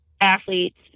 athletes